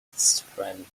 surrounding